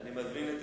אני מזמין את